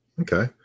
Okay